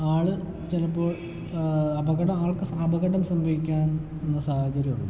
ആൾ ചിലപ്പോൾ അപകടം ആൾക്ക് അപകടം സംഭവിക്കാൻ ഉള്ള സാഹചര്യം ഉണ്ടാകും